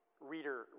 reader